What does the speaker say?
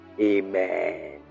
Amen